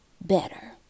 better